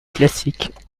classiques